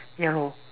ya lor